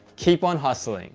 keep on hustling.